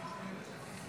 חברי הכנסת,